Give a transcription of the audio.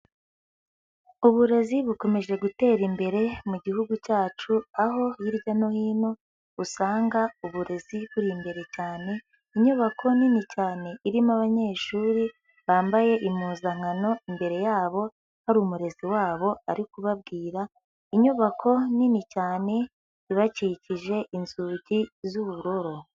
Uburezi bukomeje gutera imbere mu gihugu cyacu, aho hirya no hino usanga uburezi buri imbere cyane, inyubako nini cyane irimo abanyeshuri bambaye impuzankano, imbere yabo hari umurezi wabo ari kubabwira, inyubako nini cyane ibakikije, inzugi z'ubururu.